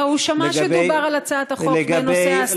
לא, הוא שמע שדובר על הצעת החוק בנושא ההסדרה.